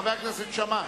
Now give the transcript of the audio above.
רבותי,